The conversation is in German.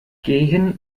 gehen